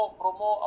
promo